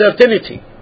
certainty